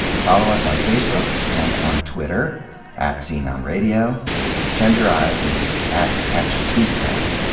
follow us on facebook, and on twitter at sceneonradio. chenjerai is at catchatweetdown.